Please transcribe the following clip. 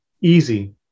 easy